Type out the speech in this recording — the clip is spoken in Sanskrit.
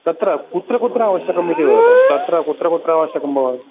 तत्र कुत्र कुत्र आवश्यकम् इति वदतु तत्र कुत्र कुत्र अवश्यकं भव